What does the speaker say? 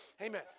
Amen